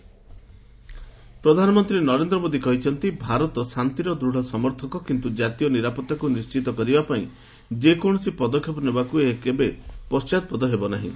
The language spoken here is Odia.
ପିଏମ୍ ଏନ୍ସିସି ରାଲି ପ୍ରଧାନମନ୍ତ୍ରୀ ନରେନ୍ଦ୍ର ମୋଦି କହିଛନ୍ତି ଭାରତ ଶାନ୍ତିର ଦୂଢ଼ ସମର୍ଥକ କିନ୍ତୁ ଜାତୀୟ ନିରାପତ୍ତାକୁ ନିଶ୍ଚିତ କରିବା ପାଇଁ ଯେକୌଣସି ପଦକ୍ଷେପ ନେବାକୁ ଏହା କେବେ ପଶ୍ଚାତପଦ ହେବ ନାହିଁ